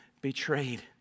betrayed